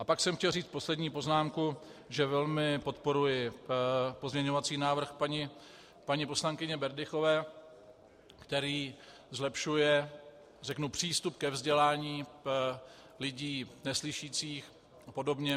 A pak jsem chtěl říct poslední poznámku, že velmi podporuji pozměňovací návrh paní poslankyně Berdychové, který zlepšuje přístup ke vzdělání lidí neslyšících apod.